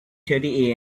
thirty